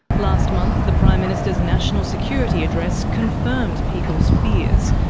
last month the prime minister's national security address confirmed people's fears,